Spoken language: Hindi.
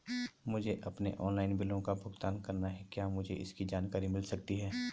मुझे अपने ऑनलाइन बिलों का भुगतान करना है क्या मुझे इसकी जानकारी मिल सकती है?